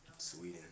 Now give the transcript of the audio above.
Sweden